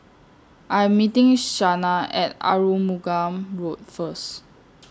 I'm meeting Shanna At Arumugam Road First